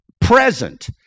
present